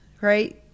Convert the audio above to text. right